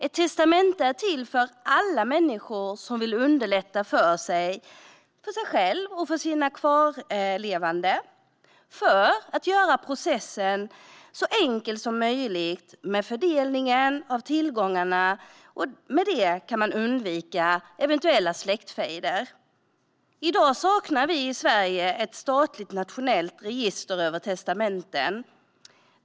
Testamenten är till för alla människor som vill underlätta för sig själva och sina kvarlevande och göra processen med fördelningen av tillgångarna så enkel som möjligt. Därigenom kan man undvika eventuella släktfejder. I dag saknar vi i Sverige ett statligt nationellt register över testamenten.